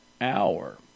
hour